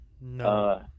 No